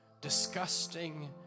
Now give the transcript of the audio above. disgusting